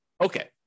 Okay